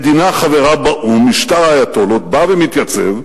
מדינה חברה באו"ם, משטר האייטולות, בא ומתייצב,